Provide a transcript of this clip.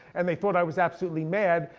and they thought i was absolutely mad,